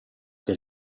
che